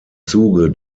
zuge